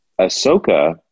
Ahsoka